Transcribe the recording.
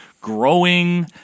growing